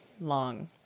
long